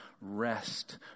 rest